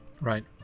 right